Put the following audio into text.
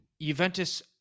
Juventus